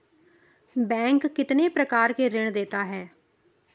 Bank कितने प्रकार के ऋण देता है?